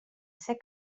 ser